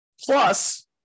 Plus